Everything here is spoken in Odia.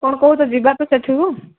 କ'ଣ କହୁଛ ଯିବା ତ ସେଠିକୁ